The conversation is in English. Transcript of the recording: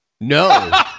No